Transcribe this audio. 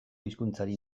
hizkuntzari